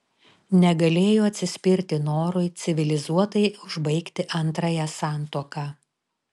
negalėjo atsispirti norui civilizuotai užbaigti antrąją santuoką